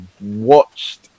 watched